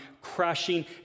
crashing